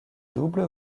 double